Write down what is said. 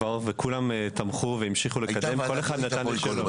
וכולם תמכו והמשיכו לקדם את זה.